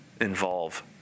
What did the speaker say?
involve